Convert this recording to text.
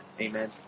amen